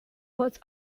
was